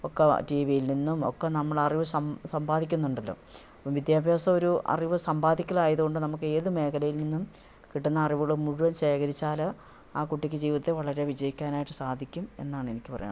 ഒക്കെ ടിവിയിൽ നിന്നും ഒക്കെ നമ്മളെ അറിവ് സമ്പാദിക്കുന്നുണ്ടല്ലോ അപ്പം വിദ്യാഭ്യാസ ഒരു അറിവ് സമ്പാദിക്കലായതുകൊണ്ട് നമുക്ക് ഏത് മേഖലയിൽ നിന്നും കിട്ടുന്ന അറിവുകൾ മുഴുവൻ ശേഖരിച്ചാൽ ആ കുട്ടിക്ക് ജീവിതത്തിൽ വളരെ വിജയിക്കാനായിട്ട് സാധിക്കും എന്നാണ് എനിക്ക് പറയാനുള്ളത്